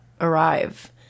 arrive